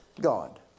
God